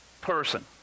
person